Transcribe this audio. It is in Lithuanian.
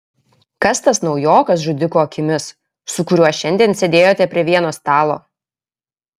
kas tas naujokas žudiko akimis su kuriuo šiandien sėdėjote prie vieno stalo